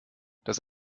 das